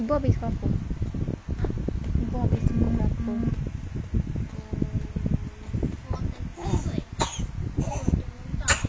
habis pukul berapa habis pukul berapa